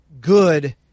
good